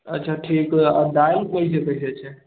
अच्छा ठीक हय आ दालि कैसे कैसे छै